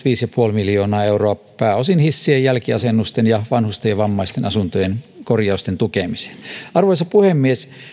viisi miljoonaa euroa pääosin hissien jälkiasennusten ja vanhusten ja vammaisten asuntojen korjausten tukemiseen arvoisa puhemies